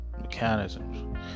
mechanisms